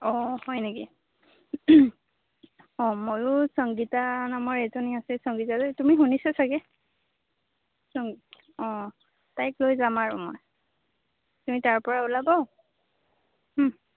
অঁ হয় নেকি অঁ মইয়ো সংগীতা নামৰ এজনী আছে সংগীতা যে তুমি শুনিছা চাগে সং অঁ তাইক লৈ যাম আৰু মই তুমি তাৰ পৰা ওলাব